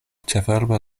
ĉefurba